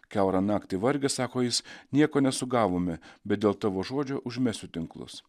kiaurą naktį vargę sako jis nieko nesugavome bet dėl tavo žodžio užmesiu tinklus